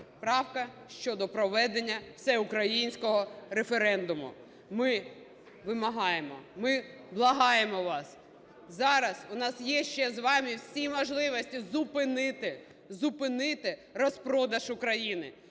правка щодо проведення всеукраїнського референдуму. Ми вимагаємо, ми благаємо вас. Зараз у нас є ще з вами всі можливості зупинити, зупинити розпродаж України.